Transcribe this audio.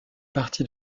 partie